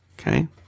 Okay